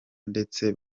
ndetse